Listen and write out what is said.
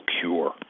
cure